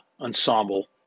ensemble